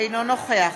אינו נוכח